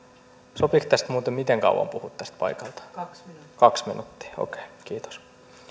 sopiiko muuten miten kauan puhua tästä paikaltaan kaksi kaksi minuuttia okei kiitos